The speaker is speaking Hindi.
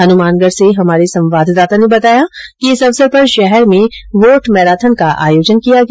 हनुमानगढ से हमारे संवाददाता ने बताया कि इस अवसर पर शहर में वोट मैराथन का आयोजन किया गया